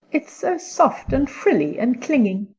it's so soft and frilly and clinging.